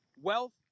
wealth